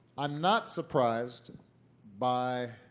i'm not surprised by